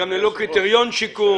וללא קריטריון שיקום.